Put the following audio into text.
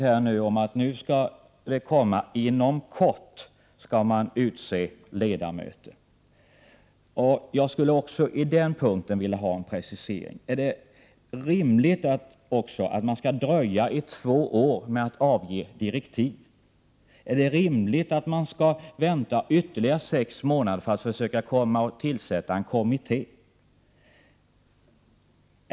Jag fick här besked om att man skall utse ledamöter inom kort. Jag skulle också på den punkten vilja ha en precisering. Är det rimligt att man skall dröja två år med att ge direktiv? Är det rimligt att man skall vänta ytterligare sex månader för att kunna tillsätta en kommitté?